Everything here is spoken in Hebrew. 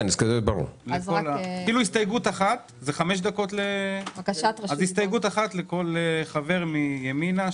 הסתייגות אחת לכל חבר מימינה,